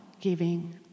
giving